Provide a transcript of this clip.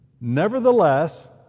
Nevertheless